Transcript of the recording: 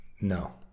No